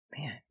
man